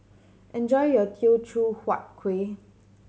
enjoy your Teochew Huat Kuih